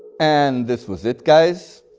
and this was it guys,